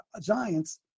giants